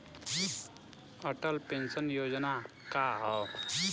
Atal pension योजना का ह?